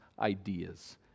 ideas